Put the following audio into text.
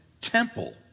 temple